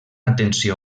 atenció